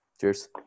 Cheers